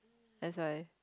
that's why